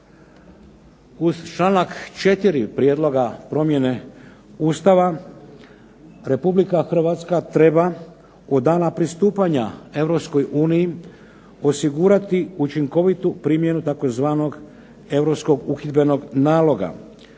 Uz članak 4. Prijedloga promjene Ustava, Republika Hrvatska treba do dana pristupanja Europskoj uniji osigurati učinkovitu primjenu tzv. Europskog